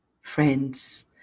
Friends